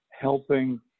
helping